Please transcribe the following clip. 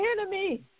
enemy